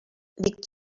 liegt